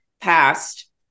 past